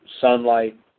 sunlight